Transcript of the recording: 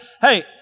hey